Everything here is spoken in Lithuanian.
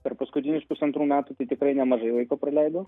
per paskutinius pusantrų metų tai tikrai nemažai laiko praleidau